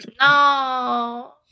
No